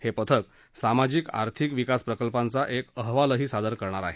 हे पथक सामाजिक आर्थिक विकास प्रकल्पांचा एक अहवालही सादर करणार आहे